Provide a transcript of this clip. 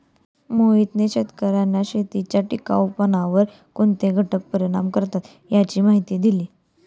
मोहितने शेतकर्यांना शेतीच्या टिकाऊपणावर कोणते घटक परिणाम करतात याची माहिती दिली